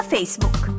Facebook